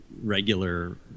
regular